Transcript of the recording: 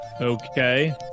Okay